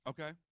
Okay